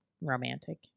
romantic